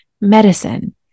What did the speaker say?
medicine